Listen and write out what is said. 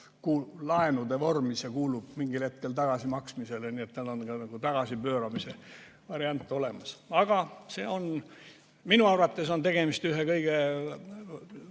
laenude vormis ja kuulub mingil hetkel tagasimaksmisele. Nii et on ka tagasipööramise variant olemas. Aga minu arvates on tegemist ühe kõige